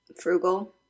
frugal